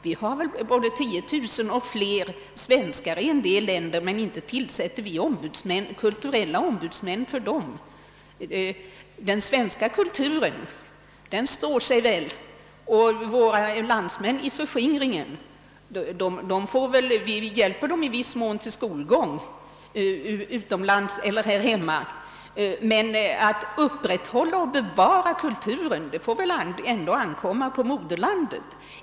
Vi har både 10 000 och fler svenskar i en del länder men inte tillsätter vi kulturella ombudsmän för dem. Den svenska kulturen står sig väl. Vi hjälper våra landsmän i förskingringen i viss mån till skolgång, utomlands eller här hemma, men att upprätthålla och bevara kulturen får väl ändå ankomma på moderlandet.